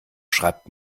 schreibt